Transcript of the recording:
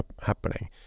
happening